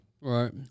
Right